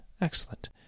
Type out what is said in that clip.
excellent